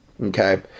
Okay